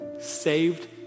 saved